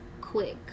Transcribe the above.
quick